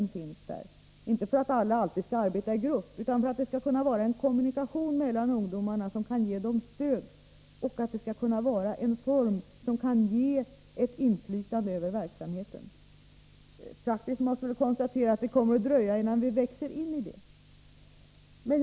Vi har inte valt den formen för att alla alltid skall arbeta i grupp, utan för att det skall finnas en kommunikation mellan ungdomarna som kan ge dem stöd och möjliggöra för dem att få ett inflytande över verksamheten. Vi måste konstatera att det kommer att dröja innan vi praktiskt kommit dithän.